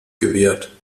gewährt